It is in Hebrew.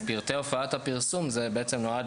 -- אז פרטי הופעת הפרסום זה נועד